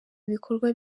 ibikorwa